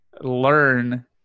learn